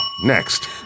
Next